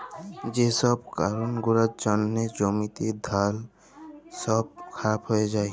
যে ছব কারল গুলার জ্যনহে জ্যমিতে ধাল ছব খারাপ হঁয়ে যায়